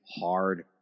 hard